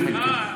סיזיפי, כן.